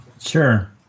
sure